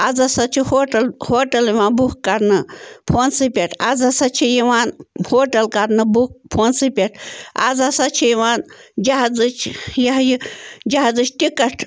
آز ہسا چھِ ہوٹَل ہوٹَل یِوان بُک کرنہٕ فونسٕے پٮ۪ٹھ آز ہسا چھِ یِوان ہوٹَل کرنہٕ بُک فونسٕے پٮ۪ٹھ آز ہسا چھِ یِوان جہازٕج یہ ہا یہِ جہازٕج ٹِکَٹ